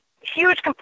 huge